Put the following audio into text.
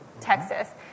Texas